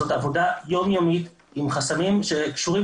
זאת עבודה יומיומית עם חסמים שקשורים